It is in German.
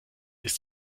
ist